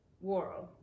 world